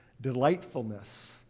delightfulness